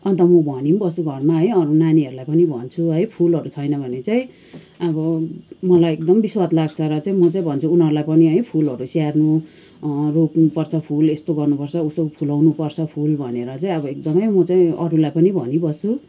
अन्त म भनि पनि बस्छु घरमा है अरू नानीहरूलाई पनि भन्छु है फुलहरू छैन भने चाहिँ अब मलाई एकदम विस्वाद लाग्छ र चाहिँ म चाहिँ भन्छु उनीहरूलाई पनि है फुलहरू स्याहार्नु रोप्नुपर्छ फुल यस्तो गर्नुपर्छ उसो फुलाउनु पर्छ फुल भनेर चाहिँ अब एकदमै म चाहिँ अरूलाई पनि भनी बस्छु